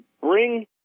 bring